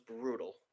brutal